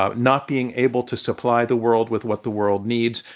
ah not being able to supply the world with what the world needs,